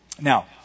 Now